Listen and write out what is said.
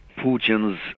Putin's